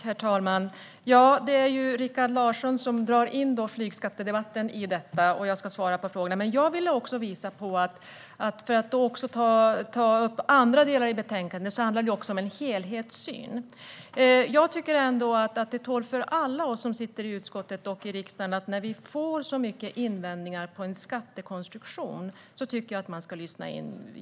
Herr talman! Det är ju Rikard Larsson som drar in flygskattedebatten i detta, och jag ska svara på frågan. Men för att ta upp andra delar i betänkandet vill jag också visa på att det handlar om en helhetssyn. När vi får så mycket invändningar mot en skattekonstruktion tycker jag att man ska lyssna in det. Jag tycker att det tål att tänka på för alla oss som sitter i utskottet och i riksdagen.